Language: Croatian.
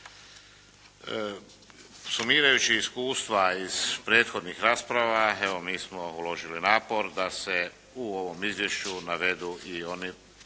Sumirajući iskustva iz prethodnih rasprava evo mi smo uložili napor da se u ovom izvješću navedu i oni